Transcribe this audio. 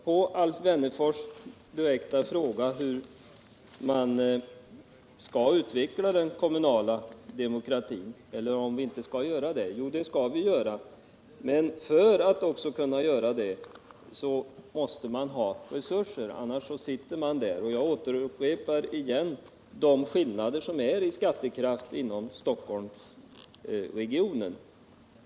På Alf Wennerfors direkta fråga om vi skall utveckla den kommunala demokratin eller om vi inte skall göra det vill jag svara: Jo, det skall vi göra. Men för att kunna göra det måste man ha resurser. Annars sitter man där man sitter. Jag upprepar att det finns stora skillnader i skattekraft mellan kommunerna i Stockholmsregionen.